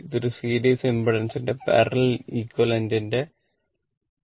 ഇത് ഒരു സീരീസ് ഇംപഡൻസിന്റെ പാരലൽ എക്വിവാലെന്റ ആണ്